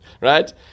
right